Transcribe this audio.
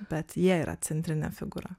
bet jie yra centrinė figūra